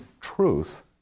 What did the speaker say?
truth